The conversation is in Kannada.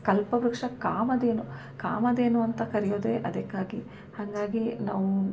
ಕಲ್ಪವೃಕ್ಷ ಕಾಮಧೇನು ಕಾಮಧೇನು ಅಂತ ಕರೆಯೋದೇ ಅದಕ್ಕಾಗಿ ಹಾಗಾಗಿ ನಾವು